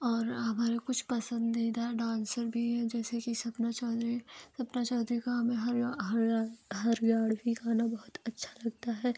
और हमारे कुछ पसंदीदा डांसर भी हैं जैसे कि सपना चौधरी सपना चौधरी का हमें हर हर हरयाणवी गाना बहुत अच्छा लगता है